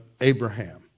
Abraham